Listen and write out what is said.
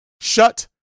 Shut